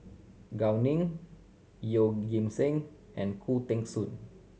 Gao Ning Yeoh Ghim Seng and Khoo Teng Soon